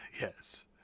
Yes